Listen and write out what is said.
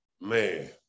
Man